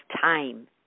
time